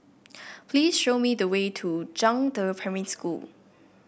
please show me the way to Zhangde Primary School